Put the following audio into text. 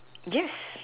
yes